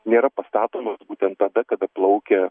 nėra pastatomos būtent tada kada plaukia